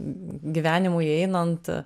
gyvenimui einant